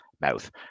mouth